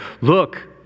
look